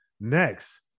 Next